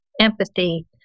empathy